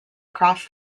across